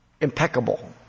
impeccable